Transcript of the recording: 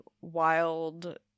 wild